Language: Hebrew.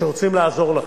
שרוצים לעזור לכם,